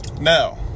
now